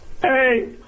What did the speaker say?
Hey